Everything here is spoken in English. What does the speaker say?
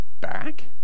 back